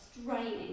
straining